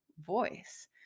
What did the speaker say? voice